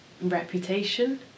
reputation